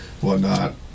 whatnot